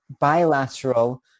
bilateral